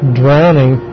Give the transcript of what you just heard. drowning